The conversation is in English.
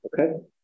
Okay